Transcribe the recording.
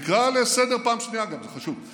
תקרא לסדר גם בפעם השנייה, זה חשוב.